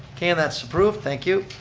okay, and that's approved, thank you.